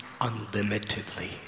unlimitedly